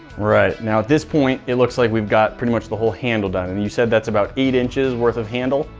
right now, at this point, it looks like we've got pretty much the whole handle done, and you said that's about eight inches worth of handle.